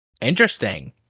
Interesting